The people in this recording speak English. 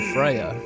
Freya